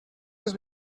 les